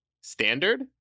standard